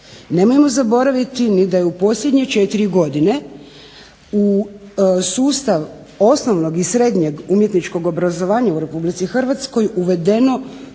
Nemojmo zaboraviti ni da je u posljednje četiri godine u sustav osnovnog i srednjeg umjetničkog obrazovanja u Republici Hrvatskoj uvedeno